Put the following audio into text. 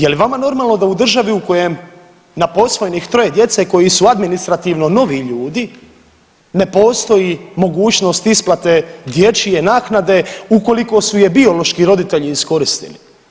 Je li vama normalno da u državi u kojem na posvojenih troje djece koji su administrativno novi ljudi ne postoji mogućnost isplate dječje naknade ukoliko su je biološki roditelji iskoristili?